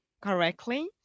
correctly